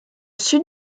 sud